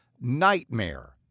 nightmare